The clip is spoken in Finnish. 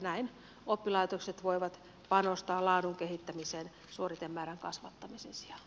näin oppilaitokset voivat panostaa laadun kehittämiseen suoritemäärän kasvattamisen sijaan